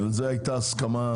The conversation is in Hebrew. על זה הייתה הסכמה,